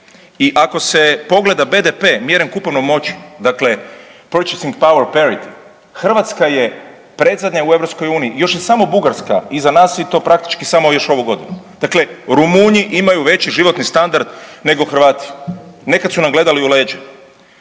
I ako se pogleda BDP mjeren kupovnom moći, dakle Purchasing power parity, Hrvatska je predzadnja u EU još je samo Bugarska iza nas i to praktički samo još ovu godinu. Dakle, Rumunji imaju veći životni standard nego Hrvati, nekad su nam gledali u leđa.